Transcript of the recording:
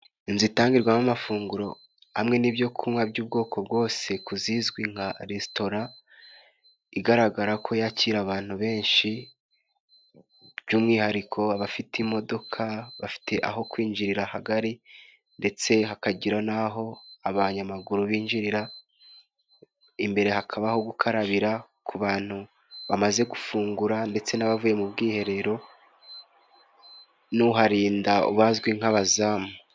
Inzu itangirwamo amafunguro amwe n'ibyo kunywa by'ubwoko bwose ku zizwi nka resitora .Igaragara ko yakira abantu benshi by'umwihariko abafite imodoka, bafite aho kwinjirira hagari ndetse hakagira n'aho abanyamaguru binjirira .Imbere hakaba aho gukarabira ku bantu bamaze gufungura ndetse n'abavuye mu bwiherero, n'uharinda bazwi nk'abazamu.